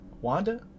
Wanda